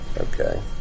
Okay